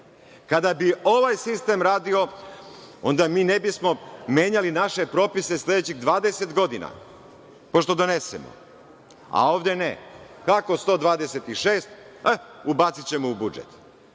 vidi. Kada bi ovaj sistem radio, onda mi ne bismo menjali naše propise sledećih 20 godina pošto donesemo, a ovde ne. Kako 126, e, ubacićemo u budžet.